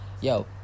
yo